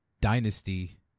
dynasty